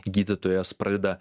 gydytojas pradeda